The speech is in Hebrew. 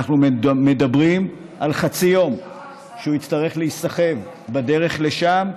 אנחנו מדברים על חצי יום שהוא יצטרך להיסחב בדרך לשם,